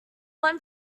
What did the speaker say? one